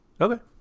Okay